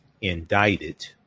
indicted